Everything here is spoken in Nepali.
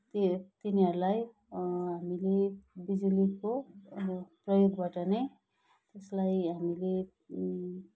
त्यही तिनीहरूलाई हामीले बिजुलीको प्रयोगबाट नै त्यसलाई हामीले